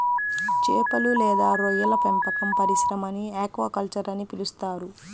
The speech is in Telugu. చేపలు లేదా రొయ్యల పెంపక పరిశ్రమని ఆక్వాకల్చర్ అని పిలుస్తారు